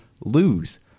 lose